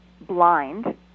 blind